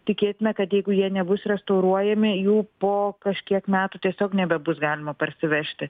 tikėtina kad jeigu jie nebus restauruojami jų po kažkiek metų tiesiog nebebus galima parsivežti